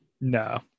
no